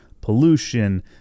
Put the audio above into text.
pollution